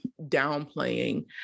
downplaying